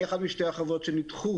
אני אחת משתי החוות שנדחו,